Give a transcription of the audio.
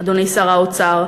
אדוני שר האוצר,